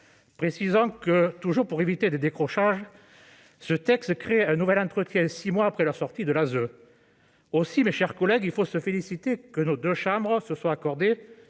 Précisons que, toujours pour éviter des décrochages, ce texte crée un nouvel entretien six mois après leur sortie de l'ASE. Aussi, mes chers collègues, il faut se féliciter que les deux assemblées se soient accordées